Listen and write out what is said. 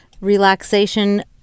relaxation